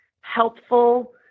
helpful